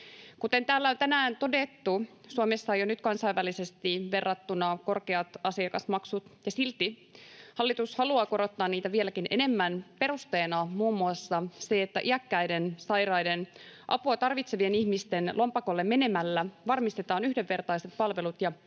Kuten täällä on tänään todettu, Suomessa on jo nyt kansainvälisesti verrattuna korkeat asiakasmaksut ja silti hallitus haluaa korottaa niitä vieläkin enemmän perusteena muun muassa se, että iäkkäiden, sairaiden, apua tarvitsevien ihmisten lompakolle menemällä varmistetaan yhdenvertaiset palvelut ja parannetaan